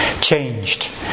changed